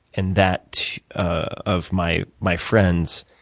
and that of my my friends,